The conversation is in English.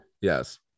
Yes